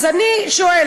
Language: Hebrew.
אז אני שואלת: